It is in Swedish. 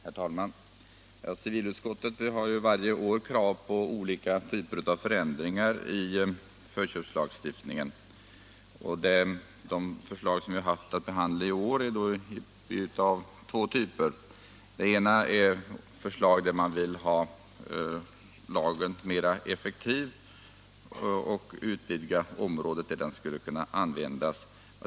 Herr talman! Civilutskottet ställs varje år inför krav på olika typer av förändringar av förköpslagstiftningen. De förslag som vi haft att behandla i år är av två typer. Den ena gäller förslag där man vill göra lagen mer effektiv och utvidga området där den skall kunna användas.